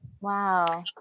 Wow